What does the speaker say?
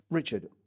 Richard